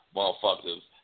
motherfuckers